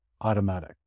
automatic